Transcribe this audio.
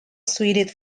suited